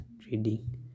trading